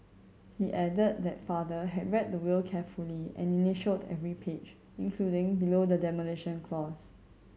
he added that father had read the will carefully and initialled every page including below the demolition clause